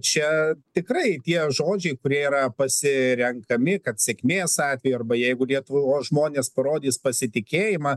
čia tikrai tie žodžiai kurie yra pasirenkami kad sėkmės atveju arba jeigu lietuvos žmonės parodys pasitikėjimą